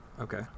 Okay